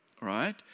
right